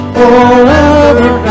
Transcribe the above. forever